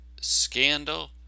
scandal